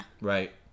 right